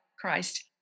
Christ